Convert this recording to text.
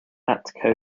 atco